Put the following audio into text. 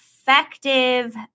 effective